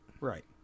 Right